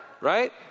right